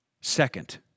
Second